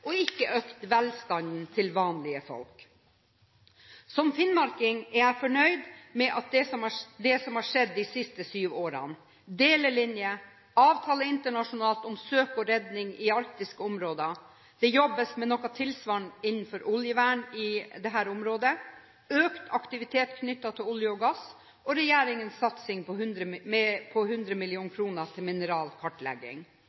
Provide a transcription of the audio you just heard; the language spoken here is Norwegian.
og ikke økt velstanden til vanlige folk. Som finnmarking er jeg fornøyd med det som har skjedd de siste sju årene: delelinje, avtale internasjonalt om søk og redning i arktiske områder – det jobbes med noe tilsvarende innen oljevern i dette området – økt aktivitet knyttet til olje og gass og regjeringens satsing på 100 mill. kr til mineralkartlegging. Driveren til det er regjeringens tydelige satsing på